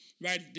right